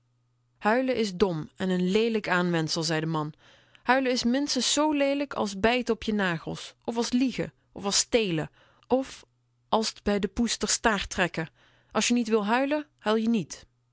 huilen is dom en een leelijk aanwensel zei de man huilen is minstens zoo leelijk als bijten op je nagels of als liegen of als stelen of als t de poes bij r staart trekken als je niet wil huilen huil je niet